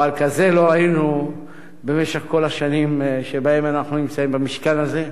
אבל כזה לא ראינו במשך כל השנים שבהן אנחנו נמצאים במשכן הזה.